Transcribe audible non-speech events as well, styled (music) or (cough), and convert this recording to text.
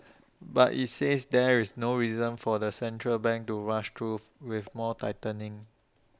but IT says there's no reason for the central bank to rush though (noise) with more tightening